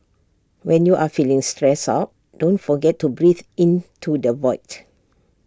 when you are feeling stressed out don't forget to breathe into the void